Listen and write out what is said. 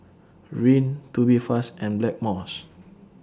Rene Tubifast and Blackmores